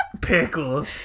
pickle